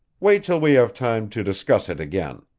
wait till we have time to discuss it again.